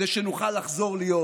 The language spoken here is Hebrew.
כדי שנוכל לחזור להיות